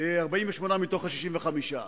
48 מתוך ה-65.